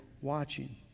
watching